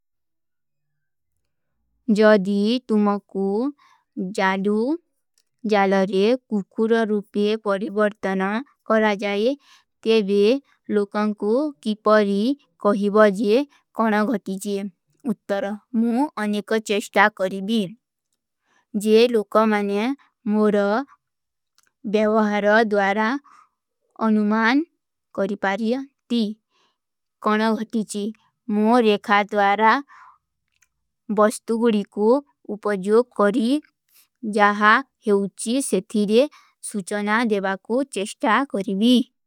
ଜଦୀ ତୁମକୋ ଜାଡୂ ଜାଲରେ କୁଖୁର ରୂପେ ପରିବର୍ତନ କରା ଜାଏ, ତେଵେ ଲୋକନ କୋ କୀ ପରୀ କହୀ ବଜେ, କନ ଘଟୀଚୀ। ଉତ୍ତର, ମୂ ଅନେକା ଚେଷ୍ଟା କରୀ ବୀଲ, ଜେ ଲୋକା ମାନେ ମୂରା ଵ୍ଯାଖ୍ଯାନ ଦ୍ଵାରା ଅନୁମାନ କରୀ ପାରୀ ତୀ, କନ ଘଟୀଚୀ। ମୂ ରେଖା ଦ୍ଵାରା ବସ୍ତୁଗଡୀ କୋ ଉପଜୋଗ କରୀ, ଜାହା ଏଉଚୀ ସେଥୀରେ ସୁଚନା ଦେଵା କୋ ଚେଷ୍ଟା କରୀ ବୀଲ।